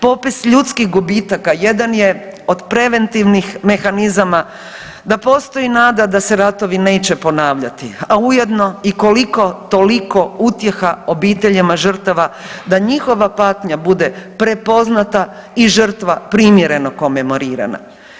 Popis ljudskih gubitaka jedan je od preventivnih mehanizama da postoji nada da se ratovi neće ponavljati, a ujedno i koliko toliko utjeha obiteljima žrtava da njihova patnja bude prepoznata i žrtva primjereno komemorirana.